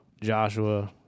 Joshua